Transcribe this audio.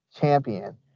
champion